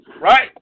Right